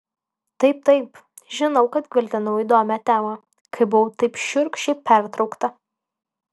taip taip žinau kad gvildenau įdomią temą kai buvau taip šiurkščiai pertraukta